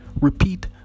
repeat